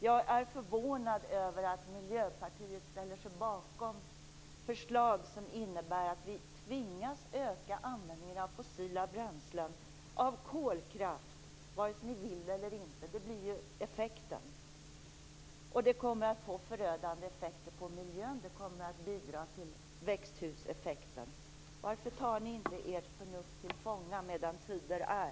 Jag är förvånad över att Miljöpartiet ställer sig bakom förslag som innebär att vi tvingas öka användningen av fossila bränslen, av kolkraft vare sig man vill eller inte. Det blir ju effekten. Det kommer att få förödande effekter på miljön. Det kommer att bidra till växthuseffekten. Varför tar ni inte ert förnuft till fånga medan tid är?